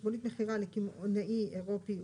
חשבונית מכירה לקמעונאי אירופי,